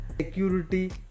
security